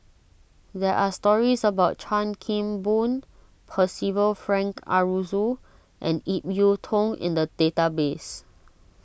there are stories about Chan Kim Boon Percival Frank Aroozoo and Ip Yiu Tung in the database